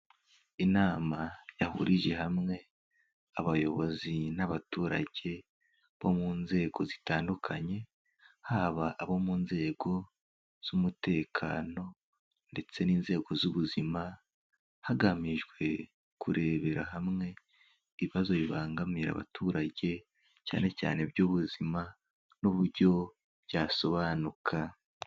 Inama yahurije hamwe abayobozi n'abaturage bo mu nzego zitandukanye, haba abo mu nzego z'umutekano ndetse n'inzego z'ubuzima, hagamijwe kurebera hamwe ibibazo bibangamiye abaturage cyane cyane iby'ubuzima n'uburyo byasobanuka.